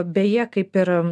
beje kaip ir